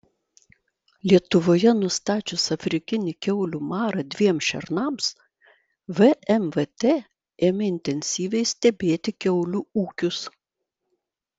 lietuvoje nustačius afrikinį kiaulių marą dviem šernams vmvt ėmė intensyviai stebėti kiaulių ūkius